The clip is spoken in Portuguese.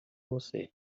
você